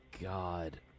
God